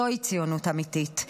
זוהי ציונות אמיתית.